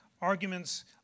arguments